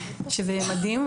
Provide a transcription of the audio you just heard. שזה ממש מדהים.